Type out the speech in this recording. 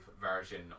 version